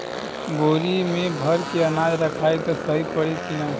बोरी में भर के अनाज रखायी त सही परी की ना?